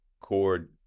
Cord